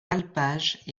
alpages